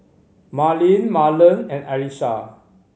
Marlene Marland and Alysha